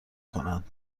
کنند